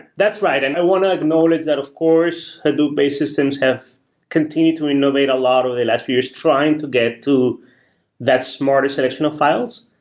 that's right. and i want to acknowledge that, of course, hadoop-based systems have continued to innovate a lot of the last few years trying to get to that smarter selection of files,